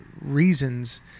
reasons